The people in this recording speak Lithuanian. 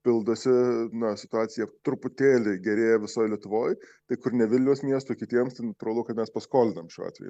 pildosi na situacija truputėlį gerėja visoj lietuvoj tai kur ne vilniaus miesto kitiems atrodo kad mes paskolinam šiuo atveju